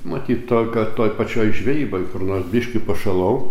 matyt to ką toj pačioj žvejyboj kur nors biškį pašalau